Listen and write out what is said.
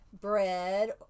bread